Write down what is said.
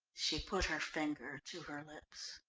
she put her finger to her lips.